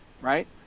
right